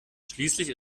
schließlich